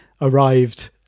arrived